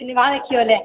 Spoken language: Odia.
ସିନେମା ଦେଖିଗଲେ